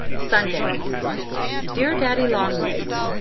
sunday dear daddy-long-legs,